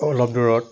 অলপ দূৰত